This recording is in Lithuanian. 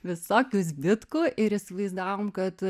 visokių zbitkų ir įsivaizdavom kad